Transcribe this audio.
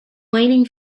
waiting